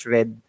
Red